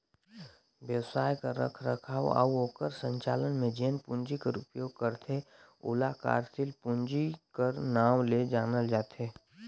बेवसाय कर रखरखाव अउ ओकर संचालन में जेन पूंजी कर उपयोग करथे ओला कारसील पूंजी कर नांव ले जानल जाथे